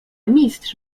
mistrz